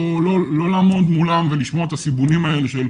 לא לעמוד מולם ולשמוע את הסיבונים האלה של: